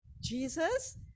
Jesus